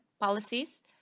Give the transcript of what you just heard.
policies